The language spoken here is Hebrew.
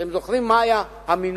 אתם זוכרים מה היה המינופים?